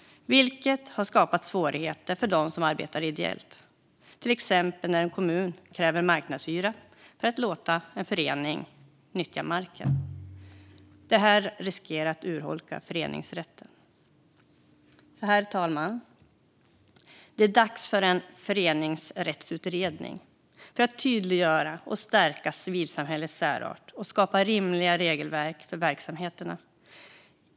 Det har skapat svårigheter för dem som arbetar ideellt, till exempel när en kommun kräver marknadshyra för att låta en förening nyttja marken. Detta riskerar att urholka föreningsrätten. Herr talman! Det är dags för en föreningsrättsutredning för att tydliggöra och stärka civilsamhällets särart och skapa rimliga regelverk för verksamheterna.